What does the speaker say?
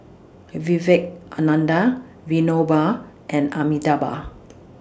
Vivekananda Vinoba and Amitabh